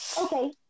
Okay